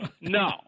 No